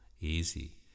easy